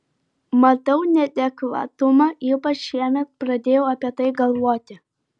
matau neadekvatumą ypač šiemet pradėjau apie tai galvoti